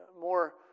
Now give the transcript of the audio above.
more